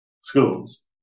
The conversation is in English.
schools